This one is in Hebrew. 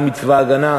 גם מצבא ההגנה,